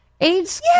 AIDS